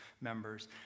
members